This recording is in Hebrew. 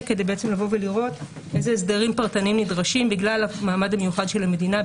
כדי לראות איזה הסדרים פרטניים נדרשים בגלל המעמד המיוחד של המדינה,